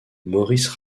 maurice